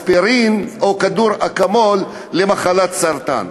"אספירין" או כדור "אקמול" למחלת סרטן.